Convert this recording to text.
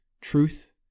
truth